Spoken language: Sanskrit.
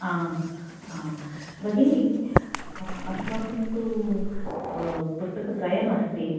हा आं भगिनि अस्माकं तु पुस्तकत्रयमस्ति